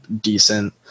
decent